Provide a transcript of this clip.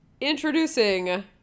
introducing